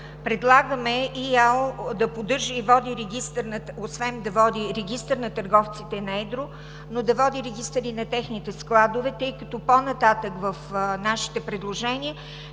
по лекарствата освен да води регистър на търговците на едро, да води регистър и на техните складове, тъй като по-нататък в нашите предложения